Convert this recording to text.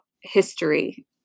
history